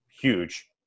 huge